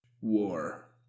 War